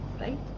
right